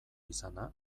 izana